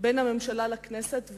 בין הממשלה לכנסת,